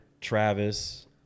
Travis